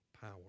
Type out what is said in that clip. power